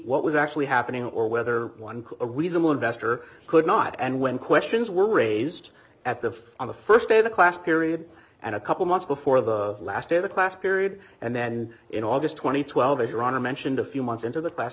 what was actually happening or whether one a reasonable investor could not and when questions were raised at the on the first day of the class period and a couple months before the last day of the class period and then in august two thousand and twelve if you're on a mentioned a few months into the class